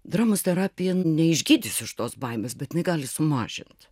dramos terapija neišgydys iš tos baimės bet jinai gali sumažint